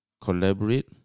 collaborate